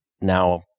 now